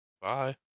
Bye